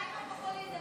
אף אחד לא בורח ממך.